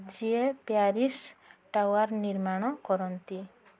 ଯିଏ Paris tower ନିର୍ମାଣ କରନ୍ତି